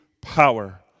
power